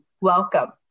Welcome